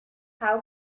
how